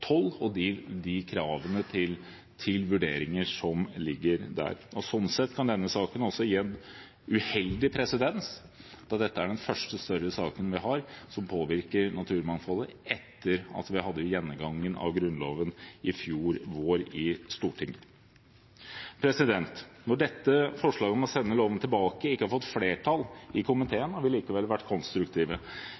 112 og de kravene til vurderinger som ligger der. Sånn sett kan denne saken gi en uheldig presedens, da dette er den første større saken vi har som påvirker naturmangfoldet etter at vi hadde gjennomgangen av Grunnloven i fjor vår i Stortinget. Når dette forslaget om å sende loven tilbake ikke har fått flertall i komiteen, har vi likevel vært konstruktive.